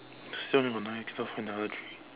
so we only got nine just have to find the other three